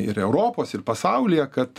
ir europos ir pasaulyje kad